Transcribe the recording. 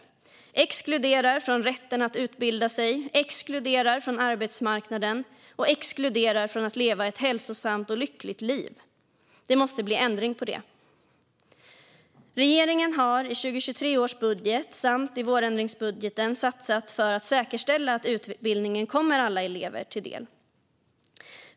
Den exkluderar från rätten att utbilda sig, från arbetsmarknaden och från att leva ett hälsosamt och lyckligt liv. Det måste bli ändring på det. Regeringen har i 2023 års budget och i vårändringsbudgeten satsat för att säkerställa att utbildningen ska komma alla elever till del.